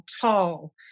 tall